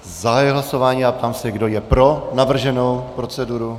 Zahajuji hlasování a ptám se, kdo je pro navrženou proceduru.